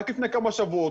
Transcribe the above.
רק לפני כמה שבועות,